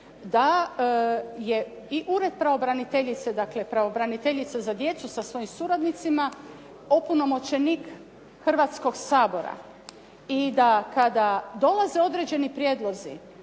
da je i Ured pravobraniteljice, dakle pravobraniteljice za djecu sa svojim suradnicima, opunomoćenik Hrvatskog sabora. I da kada dolaze određeni prijedlozi